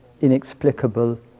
inexplicable